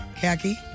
Khaki